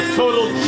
total